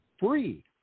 Free